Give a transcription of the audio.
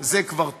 וזה כבר טוב.